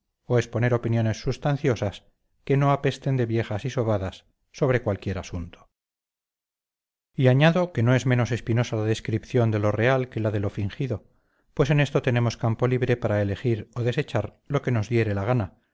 o exponer opiniones sustanciosas que no apesten de viejas y sobadas sobre cualquier asunto y añado que no es menos espinosa la descripción de lo real que la de lo fingido pues en esto tenemos campo libre para elegir o desechar lo que nos diere la gana